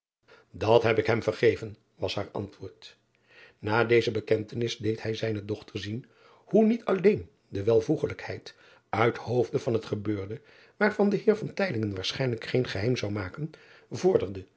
at heb ik hem vergeven was haar antwoord a deze bekentenis deed hij zijne dochter zien hoe niet alleen de welvoeglijkheid uit hoofde van het gebeurde waarvan de eer waarschijnlijk geen geheim zou maken vorderde